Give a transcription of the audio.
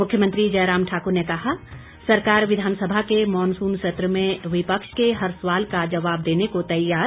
मुख्यमंत्री जयराम ठाकुर ने कहा सरकार विधानसभा के मॉनसून सत्र में विपक्ष के हर सवाल का जवाब देने को तैयार